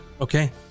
Okay